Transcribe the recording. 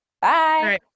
Bye